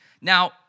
Now